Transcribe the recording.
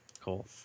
Cool